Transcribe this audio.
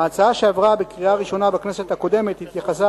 ההצעה שעברה בקריאה ראשונה בכנסת הקודמת התייחסה